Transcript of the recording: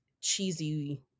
cheesy